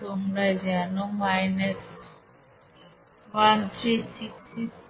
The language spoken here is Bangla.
তোমরা জানো 13669